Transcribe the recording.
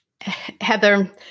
Heather